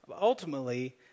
Ultimately